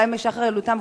אולי משחר ילדותם,